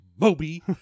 Moby